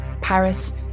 Paris